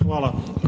Hvala.